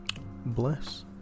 bless